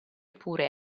pure